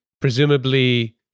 presumably